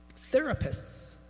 Therapists